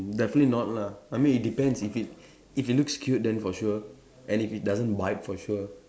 definitely not lah I mean it depends if it if it looks cute then for sure and if it doesn't bite for sure